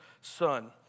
son